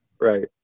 Right